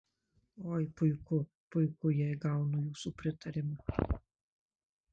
oi puiku puiku jei gaunu jūsų pritarimą